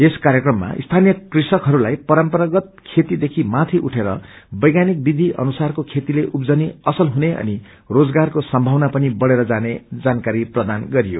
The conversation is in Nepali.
यस कार्यक्रममा स्थानीय कृष्कहरूताई परम्परागत खेती देखि माथि उठेर वैज्ञानिक विधि अनुसारको खेतीले उब्जनी असल हुने अनि रोजगारको सम्थावना पनि बढेर जाने जानकारी प्रदान गरियो